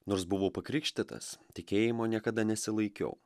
nors buvau pakrikštytas tikėjimo niekada nesilaikiau